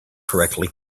correctly